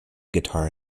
guitar